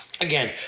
again